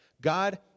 God